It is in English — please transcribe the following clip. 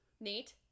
Neat